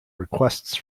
requests